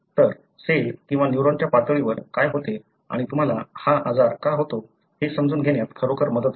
तर सेल किंवा न्यूरॉनच्या पातळीवर काय होते आणि तुम्हाला हा आजार का होतो हे समजून घेण्यात खरोखर मदत होते